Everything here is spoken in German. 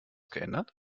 geändert